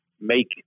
make